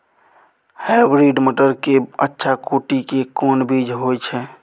Hybrid मटर के अच्छा कोटि के कोन बीज होय छै?